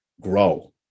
grow